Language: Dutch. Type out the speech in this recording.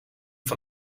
van